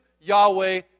Yahweh